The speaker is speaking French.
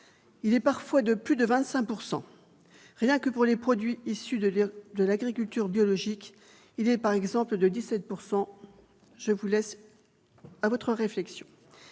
Il est parfois de plus de 25 %. Rien que pour les produits issus de l'agriculture biologique, il est, par exemple, de 17 %. Je vous laisse y réfléchir,